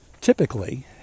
typically